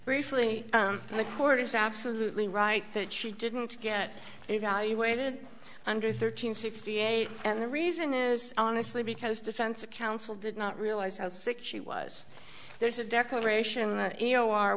briefly the court is absolutely right that she didn't get evaluated under thirteen sixty eight and the reason is honestly because defense counsel did not realize how sick she was there's a declaration